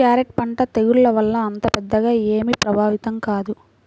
carrot పంట తెగుళ్ల వల్ల అంత పెద్దగా ఏమీ ప్రభావితం కాదు